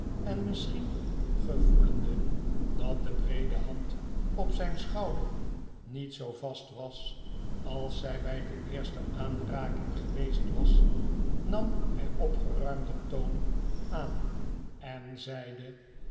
en misschien gevoelende dat de breede hand op zyn schouder niet zoo vast was als zy by de eerste aanraking geweest was nam by opgeruimder toon aan en zeide